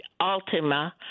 Altima